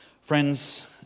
Friends